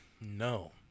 No